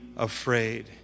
afraid